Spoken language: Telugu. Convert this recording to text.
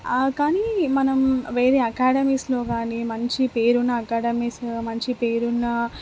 కానీ మనం వేరే అకాడమీస్లో కాని మంచి పేరున్న అకాడమిస్లో మంచి పేరున్న